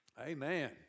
Amen